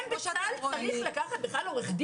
אני אשתו של הלום קרב,